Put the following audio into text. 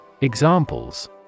Examples